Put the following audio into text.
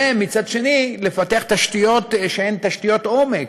ומצד שני, לפתח תשתיות שהן תשתיות עומק,